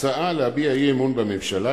"הצעה להביע אי-אמון בממשלה,